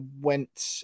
went